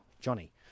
Johnny